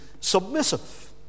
submissive